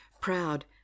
Proud